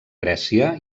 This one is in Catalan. grècia